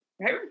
right